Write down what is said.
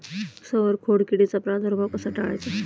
उसावर खोडकिडीचा प्रादुर्भाव कसा टाळायचा?